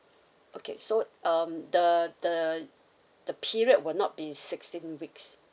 okay so um the the the period will not be sixteen weeks